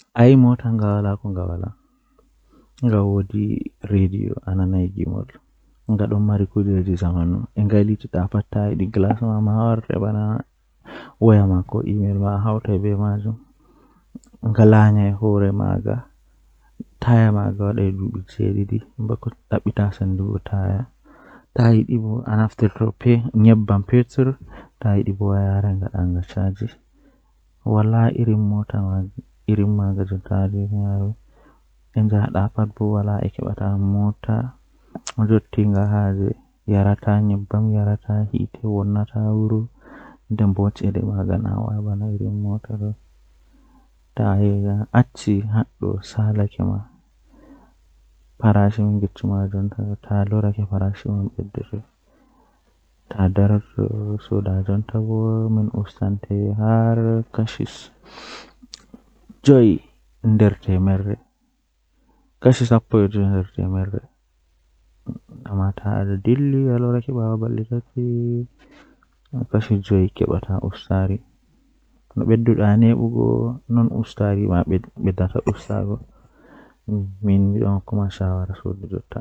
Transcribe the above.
Kala mo mauni fuu handi ɓe wiya nasti nder siyaasa Eyi, ko fii taƴi ɓe foti yimɓe ɗe ngoni e nder ndiyam politique. Ɓuri ko waɗde, ɓe waawi sosde e ngoodi e heɓugol farɗe e nder caɗeele.